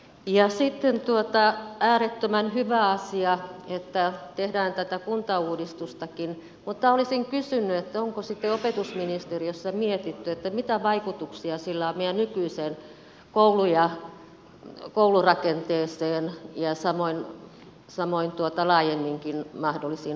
ja sitten on äärettömän hyvä asia että tehdään tätä kuntauudistustakin mutta olisin kysynyt onko sitten opetusministeriössä mietitty mitä vaikutuksia sillä on meidän nykyiseen koulurakenteeseemme ja samoin laajemminkin mahdollisiin opiskelupaikkoihin